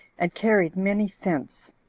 and carried many thence,